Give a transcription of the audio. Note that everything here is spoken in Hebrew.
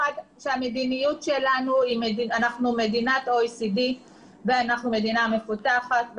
אנחנו מדינת OECD ואנחנו מדינה מפותחת.